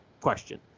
question